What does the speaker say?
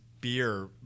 beer